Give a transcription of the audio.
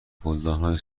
گلدانهای